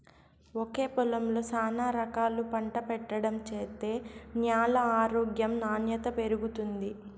ఒకే పొలంలో శానా రకాలు పంట పెట్టడం చేత్తే న్యాల ఆరోగ్యం నాణ్యత పెరుగుతుంది